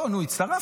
לא, נו, הצטרפת.